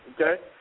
okay